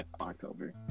October